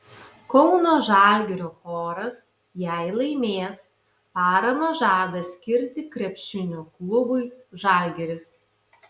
kauno žalgirio choras jei laimės paramą žada skirti krepšinio klubui žalgiris